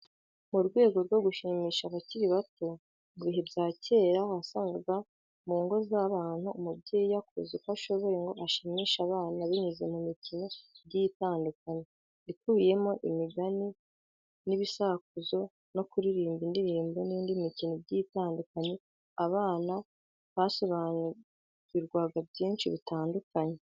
Mu rwego rwo gushimisha abakiri ibato, mu bihe bya cyera wasangaga mu ngo za bantu umubyeyi yakoze uko ashoboye ngo ashimishe abana, binyuze mu mikino igiye itandukanye, ikubiyemo imigani n'ibi akuzo no kuririmba indirimbo n'indi mikino igiye itandukanye, abana basobanurirwa byinshi bitandukanye.